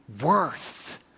worth